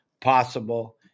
possible